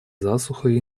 засухой